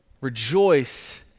Rejoice